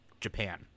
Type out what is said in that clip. Japan